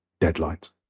deadlines